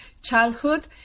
childhood